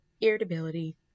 irritability